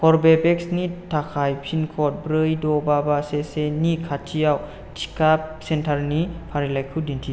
कर्वेभेक्सनि थाखाय pin code ब्रै द' बा बा से सेनि खाथिआव टिका सेन्टारनि फारिलाइखौ दिन्थि